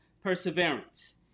perseverance